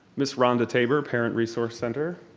ms. rhonda tabor, parent resource center.